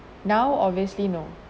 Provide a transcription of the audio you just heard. now obviously no